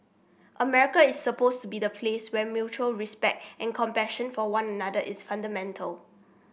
America is supposed to be the place where mutual respect and compassion for one another is fundamental